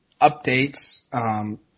updates